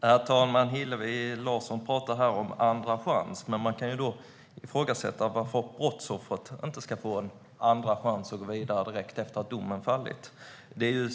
Herr talman! Hillevi Larsson talar om en andra chans. Då kan man ifrågasätta varför brottsoffret inte ska få en andra chans att gå vidare direkt efter det att domen har fallit.